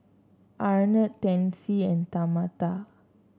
Arnett Tennessee and Tamatha